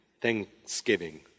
thanksgiving